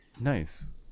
Nice